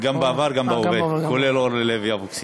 גם בעבר, גם בהווה, כולל אורלי לוי אבקסיס.